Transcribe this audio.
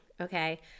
okay